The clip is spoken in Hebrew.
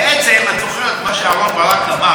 את זוכרת מה שאהרן ברק אמר בזמנו?